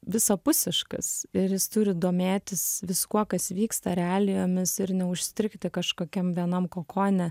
visapusiškas ir jis turi domėtis viskuo kas vyksta realijomis ir neužstrigti kažkokiam vienam kokone